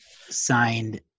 signed